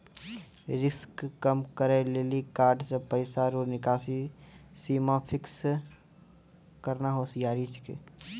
risk कम करै लेली कार्ड से पैसा रो निकासी सीमा फिक्स करना होसियारि छिकै